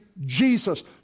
Jesus